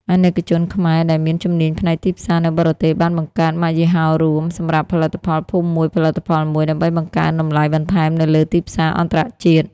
អាណិកជនខ្មែរដែលមានជំនាញផ្នែកទីផ្សារនៅបរទេស បានបង្កើត "ម៉ាកយីហោរួម" សម្រាប់ផលិតផលភូមិមួយផលិតផលមួយ ដើម្បីបង្កើនតម្លៃបន្ថែមនៅលើទីផ្សារអន្តរជាតិ។